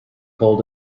hold